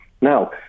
Now